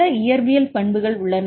பல இயற்பியல் பண்புகள் உள்ளன